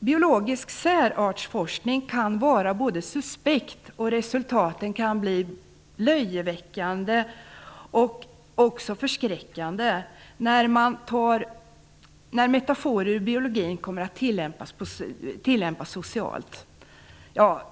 Biologisk särartsforskning kan vara suspekt, och resultaten kan bli löjeväckande och också förskräckande när metaforer i biologin tillämpas socialt.